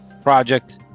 project